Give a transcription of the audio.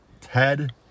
Ted